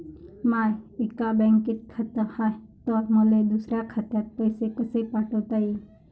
माय एका बँकेत खात हाय, त मले दुसऱ्या खात्यात पैसे कसे पाठवता येईन?